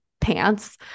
pants